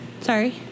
sorry